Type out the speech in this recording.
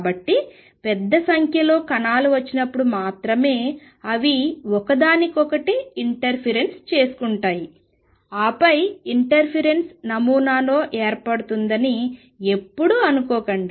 కాబట్టి పెద్ద సంఖ్యలో కణాలు వచ్చినప్పుడు మాత్రమే అవి ఒకదానికొకటి ఇంటర్ఫిరెన్స్ చేసుకుంటాయని ఆపై ఇంటర్ఫిరెన్స్ నమూనాలో ఏర్పడుతుందని ఎప్పుడూ అనుకోకండి